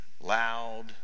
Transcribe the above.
loud